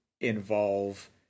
involve